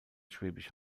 schwäbisch